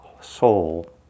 soul